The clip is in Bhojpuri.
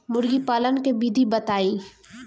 मुर्गीपालन के विधी बताई?